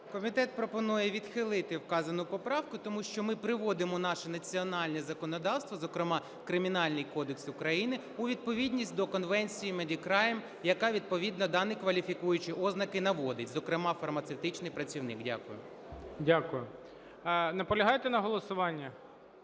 Комітет пропонує відхилити вказану поправку, тому що ми приводимо наше національне законодавство, зокрема Кримінальний кодекс України, у відповідність до Конвенції "Медікрайм", яка відповідно дані кваліфікуючі ознаки наводить, зокрема "фармацевтичний працівник". Дякую. ГОЛОВУЮЧИЙ. Дякую. Наполягаєте на голосуванні?